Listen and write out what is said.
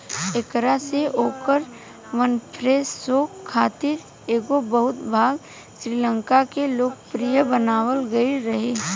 एकरा से Oprah Winfrey show खातिर एगो बहु भाग श्रृंखला के लोकप्रिय बनावल गईल रहे